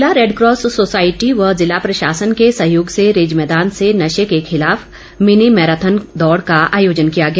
ज़िला Red Cross society व ज़िला प्रशासन के सहयोग से रिज मैदान से नशे के खिलाफ मिनी मैराथन दौड़ का आयोजन किया गया